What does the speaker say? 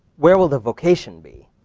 where will the vocation be?